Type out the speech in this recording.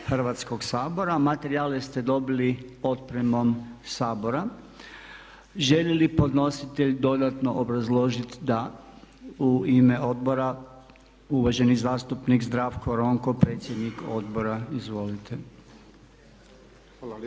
Hrvatskoga sabora. Materijale ste dobili otpremom Sabora. Želi li podnositelj dodatno obrazložiti da u ime Obora uvaženi zastupnik Zdravko Ronko predsjednik Odbora izvolite. **Ronko,